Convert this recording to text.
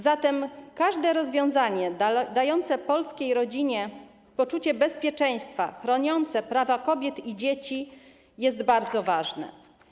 Zatem każde rozwiązanie dające polskiej rodzinie poczucie bezpieczeństwa, chroniące prawa kobiet i dzieci jest bardzo ważne.